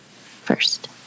first